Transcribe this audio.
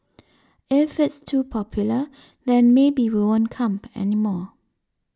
if it's too popular then maybe we won't come anymore